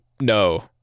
no